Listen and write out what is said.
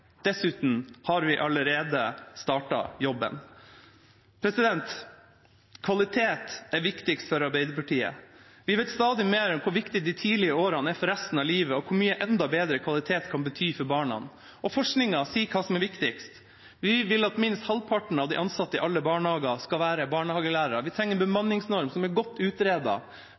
dessuten har man allerede startet jobben. Kvalitet er viktigst for Arbeiderpartiet. Vi vet stadig mer om hvor viktig de tidlige årene er for resten av livet, og hvor mye enda bedre kvalitet kan bety for barna. Forskningen sier hva som er viktigst. Vi vil at minst halvparten av alle ansatte i alle barnehager skal være barnehagelærere. Vi trenger en bemanningsnorm som er godt